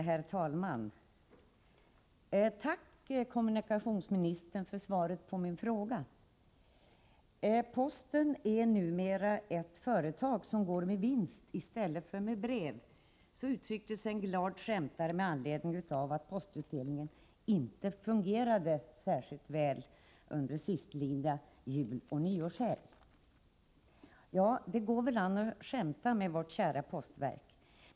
Herr talman! Jag tackar kommunikationsministern för svaret på min fråga. Posten är numera ett företag som går med vinst i stället för med brev. Så uttryckte sig en glad skämtare med anledning av att postutdelningen inte fungerade särskilt väl under sistlidna juloch nyårshelg. Ja, det går väl an att skämta med vårt kära postverk.